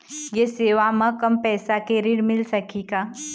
ये सेवा म कम पैसा के ऋण मिल सकही का?